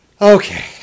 Okay